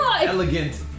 elegant